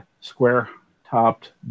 square-topped